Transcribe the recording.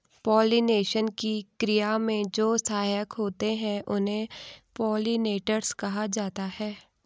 pollination की क्रिया में जो सहायक होते हैं उन्हें पोलिनेटर्स कहा जाता है